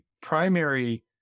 primary